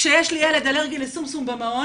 כשיש לי ילד אלרגי לשומשום במעון,